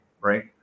right